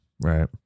right